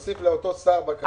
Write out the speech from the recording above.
ותוסיף לאותו שר בקשה.